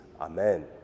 Amen